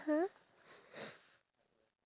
(uh huh) in italy